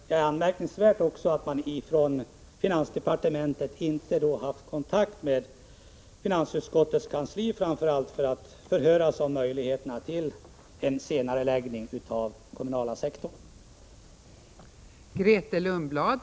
Det är anmärkningsvärt att man från finansdepartementet inte har haft kontakt med framför allt finansutskottets kansli för att förhöra sig om möjligheterna till en senareläggning av propositionen om den kommunala sektorn.